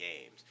games